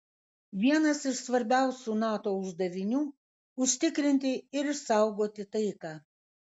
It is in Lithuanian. vienas iš svarbiausių nato uždavinių užtikrinti ir išsaugoti taiką